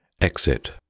Exit